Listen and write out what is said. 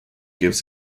gives